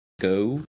go